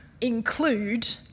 include